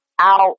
out